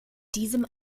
diesem